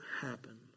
happen